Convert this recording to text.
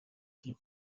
qui